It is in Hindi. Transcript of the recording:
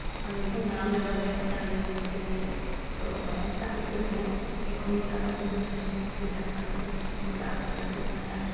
हम एक दिन रामनगर गए साड़ी लेने के लिए तो गए साड़ी देखें एक खो नीला कलर दिखाया एक खो पीला कलर दिखाया एक खो लाल कलर दिखाया